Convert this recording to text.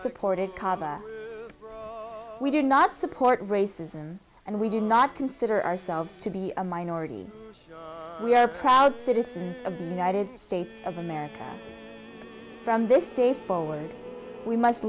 supported cava we do not support racism and we do not consider ourselves to be a minority we are proud citizens of the united states of america from this day forward we must